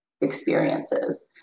experiences